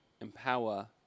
empower